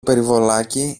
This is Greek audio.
περιβολάκι